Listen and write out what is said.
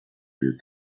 lieu